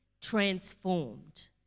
transformed